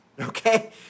okay